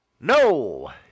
No